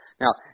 Now